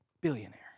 billionaire